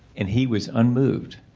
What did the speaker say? and he was unmoved.